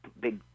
big